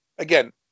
Again